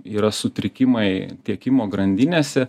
yra sutrikimai tiekimo grandinėse